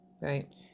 right